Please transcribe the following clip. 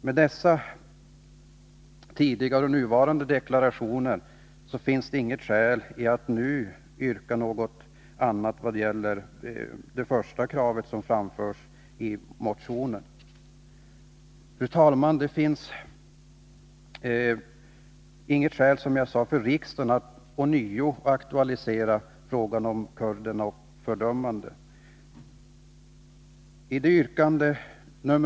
Med dessa tidigare och nuvarande deklarationer finns det inget skäl att bifalla det första krav som framförs i motionen. Fru talman! Det finns, som jag sade, inga skäl för riksdagen att ånyo aktualisera frågan om kurderna och ett fördömande av övergreppen mot dem.